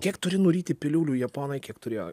kiek turi nuryti piliulių japonai kiek turėjo